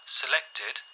selected